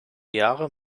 jahre